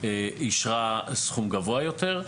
אישרה סכום גבוה יותר.